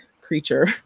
creature